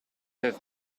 have